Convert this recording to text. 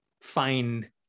find